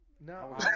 No